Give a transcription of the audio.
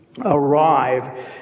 arrive